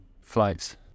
flights